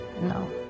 no